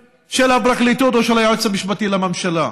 הפרקליטות או של היועץ המשפטי לממשלה?